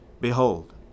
Behold